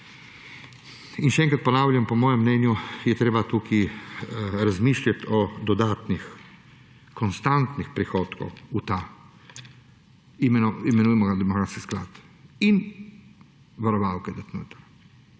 In še enkrat ponavljam, po mojem mnenju je treba tukaj razmišljati o dodatnih, konstantnih prihodkih v ta, imenujemo ga, demografski sklad in varovalke dati